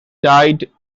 died